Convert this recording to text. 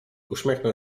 uśmiechnął